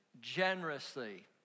generously